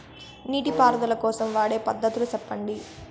నీటి పారుదల కోసం వాడే పద్ధతులు సెప్పండి?